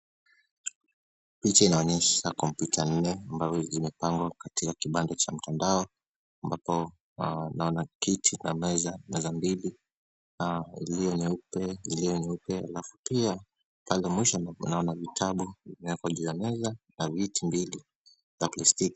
Picha inaonyesha kompyuta nne ambazo zimepangwa katika kibanda cha mtandao ambapo naona kiti na meza mbili zilizo nyeupe alafu pia pale mwisho naona vitabu vilivyowekwa juu ya meza na viti mbili vya plastiki.